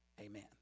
Amen